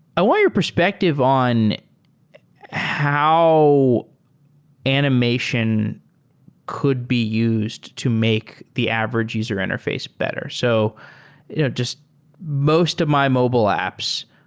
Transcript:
i want your perspective on how animation could be used to make the average user interface better. so you know just most of my mobile apps,